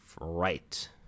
right